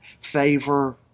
favor